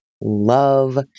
love